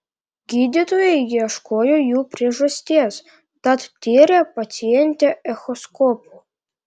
gydytojai ieškojo jų priežasties tad tyrė pacientę echoskopu